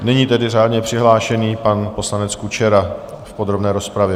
Nyní tedy řádně přihlášený pan poslanec Kučera v podrobné rozpravě.